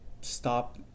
stop